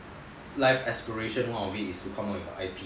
life aspirations one of it is come out with I_T